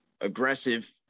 aggressive